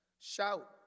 Shout